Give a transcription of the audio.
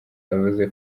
avuze